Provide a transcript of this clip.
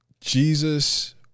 Jesus